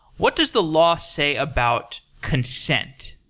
what does the law say about consent?